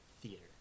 theater